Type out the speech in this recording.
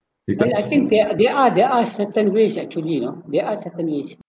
I think there are there are there are certain ways actually you know there are certain ways